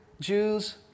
Jews